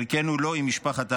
חלקנו הוא לא עם משפחת העמים.